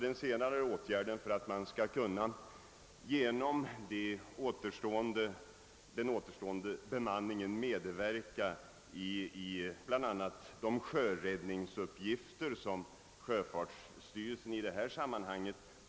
Denna personal skall också finnas för att medverka i bl.a. de sjöräddningsuppgifter som sjöfartsstyrelsen har kvar i detta sammanhang.